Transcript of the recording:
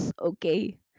okay